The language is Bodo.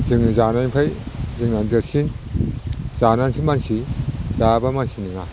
जों जानायनिफ्राय जोंहानो देरसिन जानानैसो मानसि जायाबा मानसि नङा